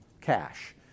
cash